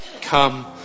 Come